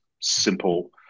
simple